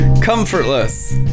Comfortless